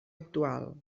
actual